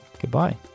goodbye